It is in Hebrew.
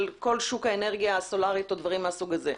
כל שוק האנרגיה הסולרית או דברים מהסוג הזה.